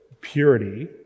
purity